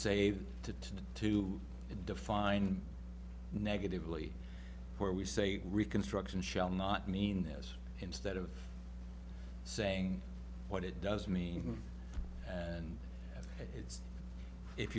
save to tend to define negatively where we say reconstruction shall not mean this instead of saying what it does mean and it's if